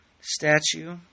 statue